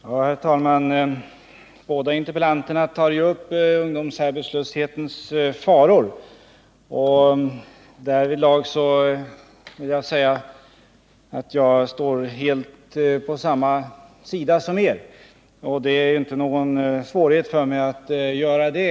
Herr talman! Båda interpellanterna tog upp arbetslöshetens faror, och därvidlag vill jag säga att jag står helt på deras sida. Det är inte någon svårighet för mig att göra det.